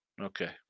Okay